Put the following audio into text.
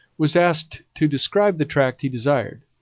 was asked to describe the tract he desired.